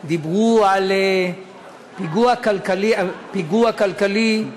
דיברו על פיגוע כלכלי,